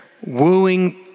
wooing